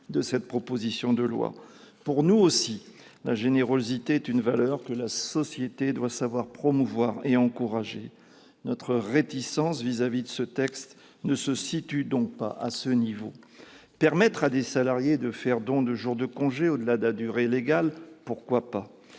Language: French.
de cette proposition de loi. Pour nous aussi, la générosité est une valeur que la société doit savoir promouvoir. Notre réticence à l'égard de ce texte ne se situe donc pas à ce niveau. Permettre à des salariés de faire don de jours de congés au-delà de la durée légale, pourquoi pas ?